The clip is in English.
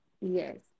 Yes